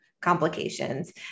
complications